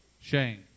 Shane